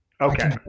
Okay